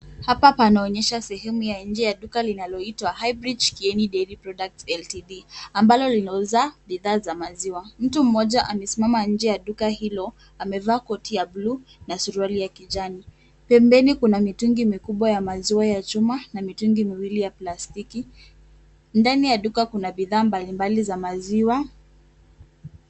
Hapa panaonyesha sehemu ya nje ya duka linaloitwa Hybridge Kieni Dairy Products LTD, ambalo linauza bidhaa za maziwa. Mtu mmoja amesimama nje ya duka hilo, amevaa koti ya bluu na suruali ya kijani. Pembeni kuna mitungi mikubwa ya maziwa ya chuma na mitungi miwili ya plastiki. Ndani ya duka kuna bidhaa mbalimbali za maziwa.